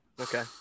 okay